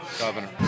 Governor